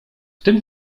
tym